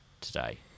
today